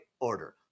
order